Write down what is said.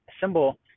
symbol